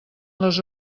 les